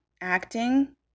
Acting